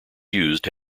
used